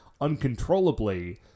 uncontrollably